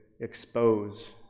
expose